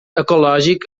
ecològic